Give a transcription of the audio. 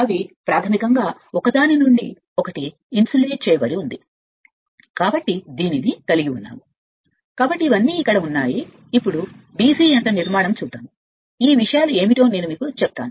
అవి ప్రాథమికంగా మీరు ఒకటికొకటి ఇన్సులేట్ చేస్తారు కాబట్టి ఇది మీ వద్ద ఉన్నది కాబట్టి ఇక్కడ ఇవన్నీ ఇప్పుడు DC యంత్ర నిర్మాణం ఈ విషయాలు సరిగ్గా ఏమిటో నేను మీకు చెప్తాను